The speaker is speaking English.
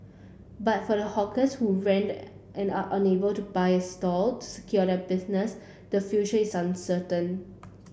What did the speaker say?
but for the hawkers who rent and are unable to buy a stall to secure their business the future is uncertain